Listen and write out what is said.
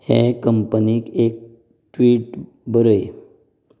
हे कंपनीक एक ट्वीट बरय